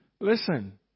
Listen